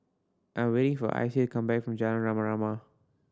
I'm waiting for Icy to come back from Jalan Rama Rama